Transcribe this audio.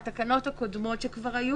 מהתקנות הקודמות שכבר היו,